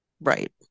Right